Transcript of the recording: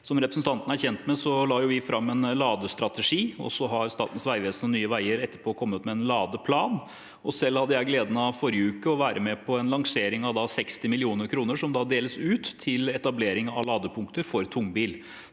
Som representanten er kjent med, la vi fram en ladestrategi, og så har Statens vegvesen og Nye veier etterpå kommet med en ladeplan. Selv hadde jeg forrige uke gleden av å være med på en lansering av 60 mill. kr, som deles ut til etablering av ladepunkter for tungbil.